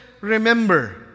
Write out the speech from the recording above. remember